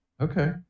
Okay